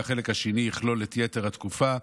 והחלק השני יכלול את יתר התקופה.